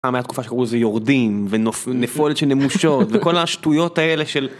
אתה מהתקופה שקראו לזה: יורדים, ונפולת של נמושות וכל השטויות האלה של